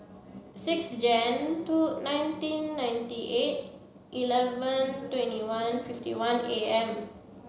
six Jan two nineteen ninety eight eleven twenty one fifty one A M